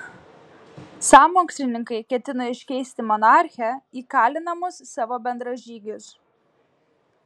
sąmokslininkai ketino iškeisti monarchę į kalinamus savo bendražygius